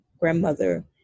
grandmother